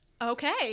Okay